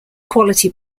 quality